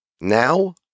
now